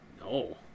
No